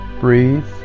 Breathe